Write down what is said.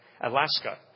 Alaska